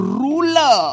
ruler